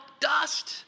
dust